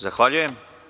Zahvaljujem.